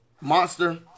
monster